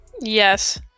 Yes